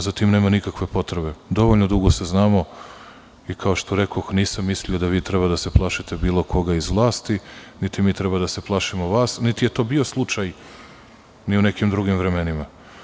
Za tim nema nikakve potrebe, dovoljno dugo se znamo i kao što rekoh, nisam mislio da vi treba da se plašite bilo koga iz vlasti, niti mi treba da se plašimo vas, niti je to bio slučaj u nekim drugim vremenima.